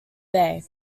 bay